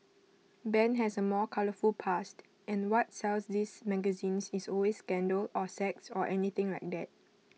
Ben has A more colourful past and what sells these magazines is always scandal or sex or anything like that